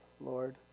Lord